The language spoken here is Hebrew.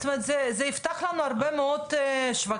זאת אומרת זה יפתח לנו הרבה מאוד שווקים